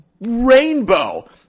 rainbow